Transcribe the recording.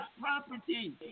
property